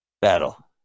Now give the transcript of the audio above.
battle